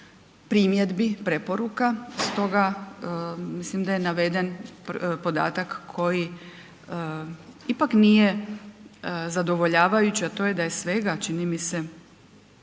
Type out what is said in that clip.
primjedbi, preporuka, stoga mislim da je naveden podatak koji ipak nije zadovoljavajući, a to je da je svega čini mi se